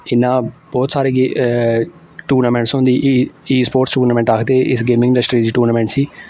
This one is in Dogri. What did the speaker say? इ'यां बहुत सारे टूर्नामेंट्स होंदी ई स्पोर्ट्स टूनामेंट आखदे इस गेमिंग इंडस्ट्री च टूर्नामेंट्स गी